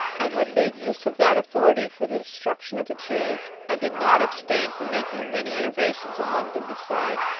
and had made use of that authority for the destruction of the jews, and did not abstain from making many innovations among them besides,